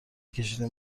کشیدیم